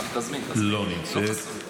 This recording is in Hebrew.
תזמין, תזמין, לא חסוי.